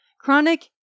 chronic